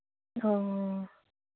ꯍꯣꯍꯣ